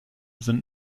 sind